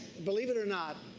believe it or not,